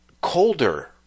colder